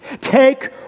Take